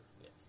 Yes